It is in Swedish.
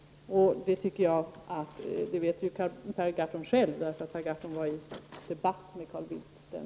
Det vet Per Gahrton själv eftersom han debatterade med Carl Bildt den dagen.